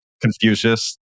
Confucius